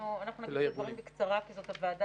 אנחנו נגיד את הדברים בקצרה כי זו הוועדה